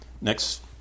next